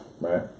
Right